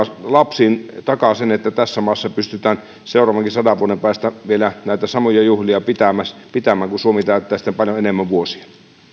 lapsiin takaa sen että tässä maassa pystytään seuraavankin sadan vuoden päästä vielä näitä samoja juhlia pitämään pitämään kun suomi täyttää paljon enemmän vuosia